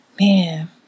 man